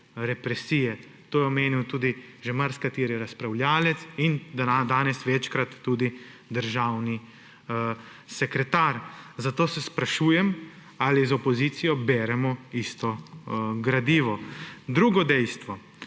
represije. To je omenil tudi že marsikateri razpravljavec in danes večkrat tudi državni sekretar. Zato se sprašujem, ali z opozicijo beremo isto gradivo. Drugo dejstvo.